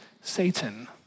Satan